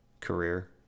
Career